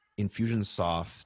Infusionsoft